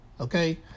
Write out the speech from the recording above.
okay